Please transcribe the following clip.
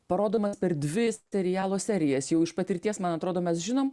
parodomas per dvi serialo serijas jau iš patirties man atrodo mes žinom